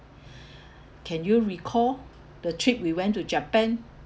can you recall the trip we went to japan